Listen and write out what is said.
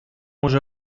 уже